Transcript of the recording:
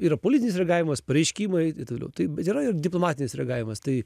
yra politinis reagavimas pareiškimai taip toliau tai yra ir diplomatinis reagavimas tai